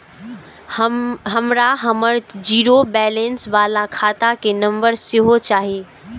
हमरा हमर zero balance बाला खाता के नम्बर सेहो चाही